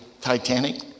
Titanic